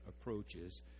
approaches